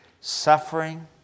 suffering